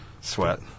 Sweat